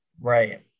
right